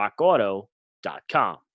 Rockauto.com